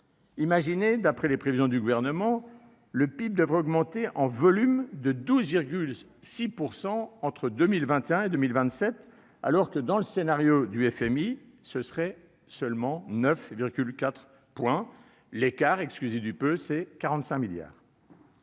Imaginez : d'après les prévisions du Gouvernement, le PIB devrait augmenter en volume de 12,6 % entre 2021 et 2027, alors que, dans le scénario du FMI, l'on atteindrait seulement 9,4 %. Cet écart représente- excusez du peu ! -45 milliards